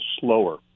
slower